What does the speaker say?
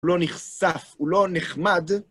לא נחשף, הוא לא נחמד.